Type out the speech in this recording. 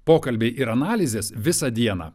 pokalbiai ir analizės visą dieną